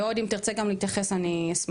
ועוד אם תרצה גם להתייחס, אני אשמח.